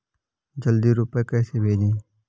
जल्दी रूपए कैसे भेजें?